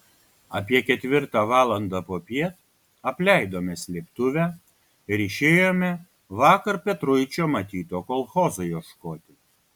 apie ketvirtą valandą popiet apleidome slėptuvę ir išėjome vakar petruičio matyto kolchozo ieškoti